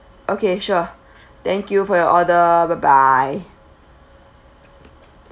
okay sure thank you for your order bye bye